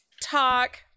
talk